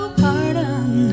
pardon